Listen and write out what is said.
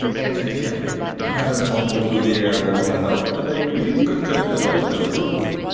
answered jim. i've tumbled through the air long enough to make me contented on this roof.